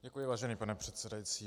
Děkuji, vážený pane předsedající.